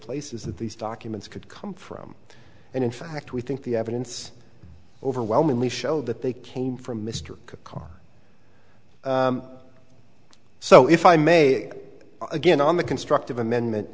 places that these documents could come from and in fact we think the evidence overwhelmingly show that they came from mr karr so if i may again on the constructive amendment